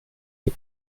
est